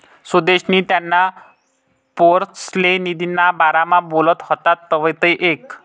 सुदेशनी त्याना पोरसले निधीना बारामा बोलत व्हतात तवंय ऐकं